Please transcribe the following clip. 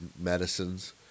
medicines